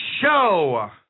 Show